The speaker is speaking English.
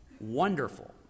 wonderful